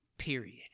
period